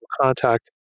contact